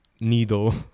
needle